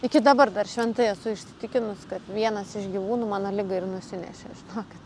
iki dabar dar šventai esu įsitikinu kad vienas iš gyvūnų mano ligą ir nusinešė žinoki